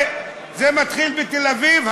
זה מתחיל בתל-אביב?